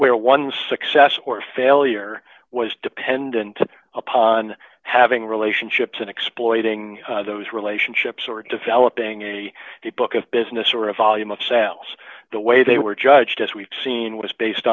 where one's success or failure was dependent upon having relationships and exploiting those relationships or developing a book of business or a volume of sales the way they were judged as we've seen was based